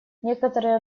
некоторые